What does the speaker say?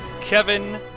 Kevin